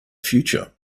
future